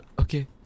okay